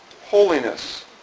holiness